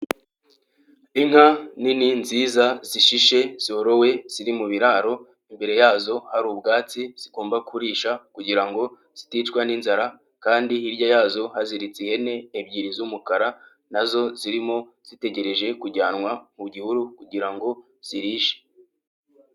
Inka nini ,nziza, zishishe, zorowe, ziri mu biraro, imbere yazo hari ubwatsi zigomba kurisha kugira ngo ziticwa n'inzara kandi hirya yazo haziritse ihene ebyiri z'umukara na zo zirimo, zitegereje kujyanwa mu gihuru kugira ngo zirishe.